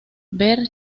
ver